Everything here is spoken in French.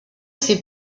ses